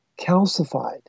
calcified